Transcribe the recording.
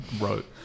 wrote